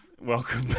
Welcome